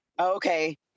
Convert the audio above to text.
Okay